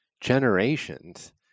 generations